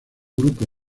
grupo